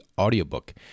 audiobook